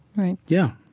right? yeah.